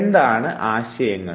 എന്താണ് ആശയങ്ങൾ